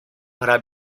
para